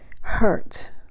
hurt